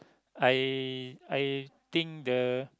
I I think the